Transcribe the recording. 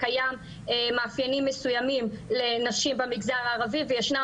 קיימים מאפיינים מסוימים לנשים במגזר הערבי וישנם